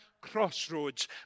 crossroads